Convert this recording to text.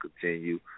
continue